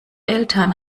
eltern